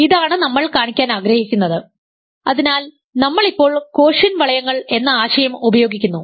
ഇതാണ് നമ്മൾ കാണിക്കാൻ ആഗ്രഹിക്കുന്നത് അതിനാൽ നമ്മൾ ഇപ്പോൾ കോഷ്യന്റ് വളയങ്ങൾ എന്ന ആശയം ഉപയോഗിക്കുന്നു